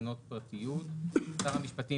תקנות פרטיות 2ג6. שר המשפטים,